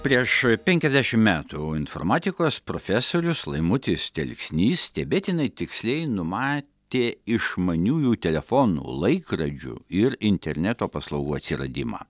prieš penkiasdešimt metų informatikos profesorius laimutis telksnys stebėtinai tiksliai numatė išmaniųjų telefonų laikrodžių ir interneto paslaugų atsiradimą